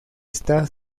está